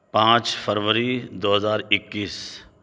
پانچ فروری دو ہزار اکیس